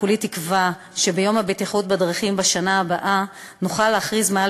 כולי תקווה שביום הבטיחות בדרכים בשנה הבאה נוכל להכריז מעל